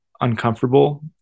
uncomfortable